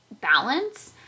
balance